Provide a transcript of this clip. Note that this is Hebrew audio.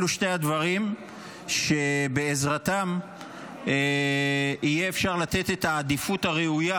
אלו שני הדברים שבעזרתם יהיה אפשר לתת את העדיפות הראויה